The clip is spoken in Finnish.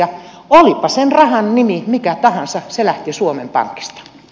olipa sen rahan nimi mikä tahansa se lähti suomen pankista